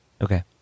Okay